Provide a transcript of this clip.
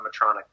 animatronic